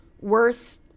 worth